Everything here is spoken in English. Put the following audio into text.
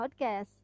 podcast